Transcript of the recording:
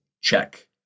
check